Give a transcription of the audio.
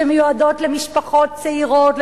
שמיועדות למשפחות צעירות,